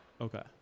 Okay